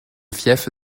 fief